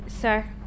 Sir